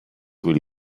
will